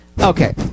Okay